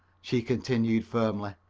she continued firmly.